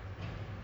mmhmm